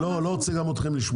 לא, אני לא רוצה גם אתכם לשמוע.